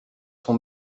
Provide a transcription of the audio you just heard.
son